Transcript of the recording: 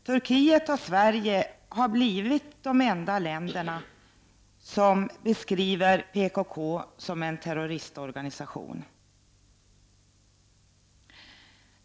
Turkiet och Sverige har förblivit de enda länderna som beskriver PKK som en terroristorganisation.